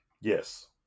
yes